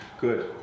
Good